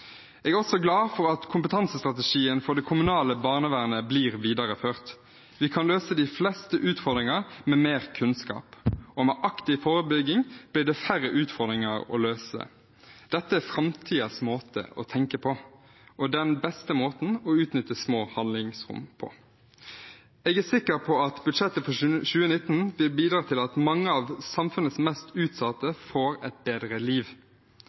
Jeg er også glad for at kompetansestrategien for det kommunale barnevernet blir videreført. Vi kan løse de fleste utfordringene med mer kunnskap, og med aktiv forebygging blir det færre utfordringer å løse. Dette er framtidens måte å tenke på og den beste måten å utnytte små handlingsrom på. Jeg er sikker på at budsjettet for 2019 vil bidra til at mange av samfunnets mest utsatte får et bedre liv.